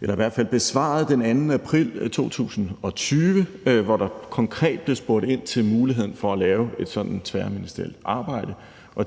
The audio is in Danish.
der blev besvaret den 2. april 2020, hvor der konkret var spurgt ind til muligheden for at lave et sådant tværministerielt arbejde. Jeg